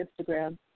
Instagram